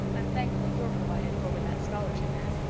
i'm thankful you're provided for with that scholarship, anne.